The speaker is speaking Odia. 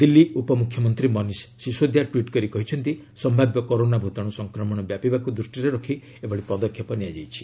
ଦିଲ୍ଲୀ ଉପମୁଖ୍ୟମନ୍ତ୍ରୀ ମନିଷ ସିସୋଦିଆ ଟ୍ୱିଟ୍ କରି କହିଛନ୍ତି ସମ୍ଭାବ୍ୟ କରୋନା ଭୂତାଣୁ ସଂକ୍ରମଣ ବ୍ୟାପିବାକୁ ଦୃଷ୍ଟିରେ ରଖି ଏଭଳି ପଦକ୍ଷେପ ନିଆଯାଇଛି